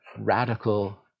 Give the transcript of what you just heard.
radical